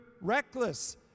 reckless